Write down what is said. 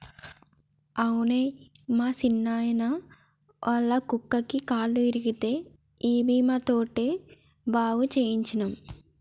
అవునే మా సిన్నాయిన, ఒళ్ళ కుక్కకి కాలు ఇరిగితే ఈ బీమా తోటి బాగు సేయించ్చినం